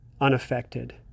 unaffected